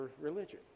religion